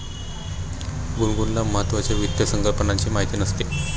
गुनगुनला महत्त्वाच्या वित्त संकल्पनांची माहिती नसते